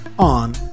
on